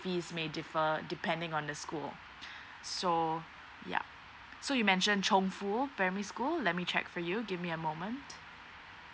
fees may differ depending on the school so ya so you mention chong fu primary school let me check for you give me a moment